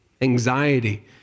Anxiety